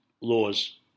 laws